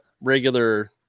regular